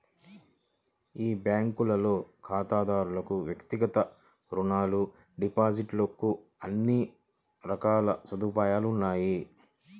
ఈ బ్యాంకులో ఖాతాదారులకు వ్యక్తిగత రుణాలు, డిపాజిట్ కు అన్ని రకాల సదుపాయాలు ఉన్నాయి